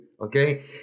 Okay